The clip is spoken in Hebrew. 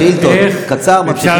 שאילתות, קצר, ממשיכים.